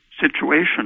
situation